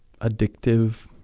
addictive